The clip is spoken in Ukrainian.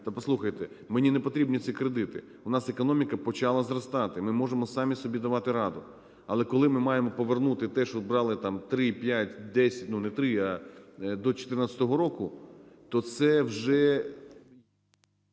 та послухайте, мені не потрібні ці кредити, в нас економіка почала зростати, ми можемо самі собі давати раду. Але коли ми маємо повернути те, що брали там 3, 5, 10, ну, не 3, а до 2014 року, то це вже